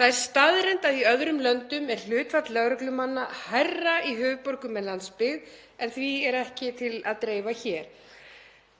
Það er staðreynd að í öðrum löndum er hlutfall lögreglumanna hærra í höfuðborgum en landsbyggð en því er ekki til að dreifa hér.